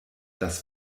das